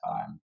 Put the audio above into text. time